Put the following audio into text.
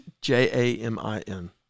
J-A-M-I-N